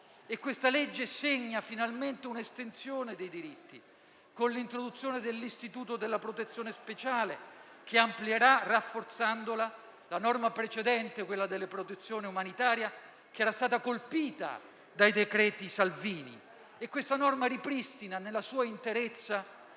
Questa legge segna finalmente un'estensione dei diritti con l'introduzione dell'istituto della protezione speciale, che amplierà, rafforzandola, la norma precedente, quella delle protezione umanitaria, che era stata colpita dai decreti Salvini. Questa norma ripristina nella sua interezza